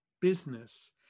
business